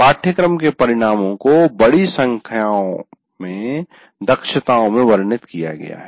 पाठ्यक्रम के परिणामों को बड़ी संख्या में दक्षताओं में वर्णित किया गया है